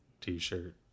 t-shirt